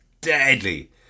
deadly